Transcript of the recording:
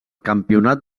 campionat